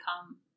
come